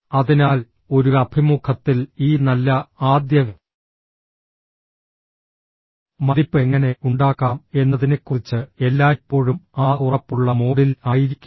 അതിനാൽ ഒരു അഭിമുഖത്തിൽ ഈ നല്ല ആദ്യ മതിപ്പ് എങ്ങനെ ഉണ്ടാക്കാം എന്നതിനെക്കുറിച്ച് എല്ലായ്പ്പോഴും ആ ഉറപ്പുള്ള മോഡിൽ ആയിരിക്കുക